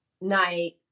night